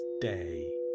day